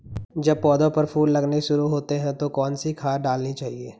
जब पौधें पर फूल लगने शुरू होते हैं तो कौन सी खाद डालनी चाहिए?